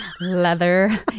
leather